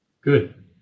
Good